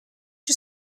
you